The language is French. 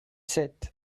sept